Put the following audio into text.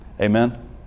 Amen